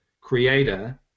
creator